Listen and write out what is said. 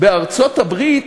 בארצות-הברית